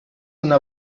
una